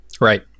Right